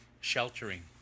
sheltering